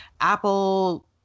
Apple